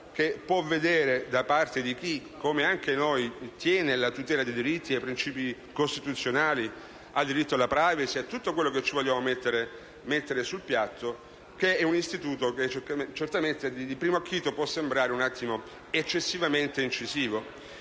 che può venire da parte di chi, come anche noi, tiene alla tutela dei diritti e dei principi costituzionali, dal diritto alla *privacy* a tutto quello che vogliamo mettere sul piatto. Quindi, questo istituto di primo acchito può sembrare certamente eccessivamente incisivo.